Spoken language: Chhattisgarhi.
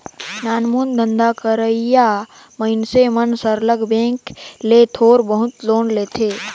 नानमुन धंधा करइया मइनसे मन सरलग बेंक ले थोर बहुत लोन लेथें